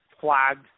flagged